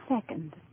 second